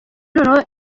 noneho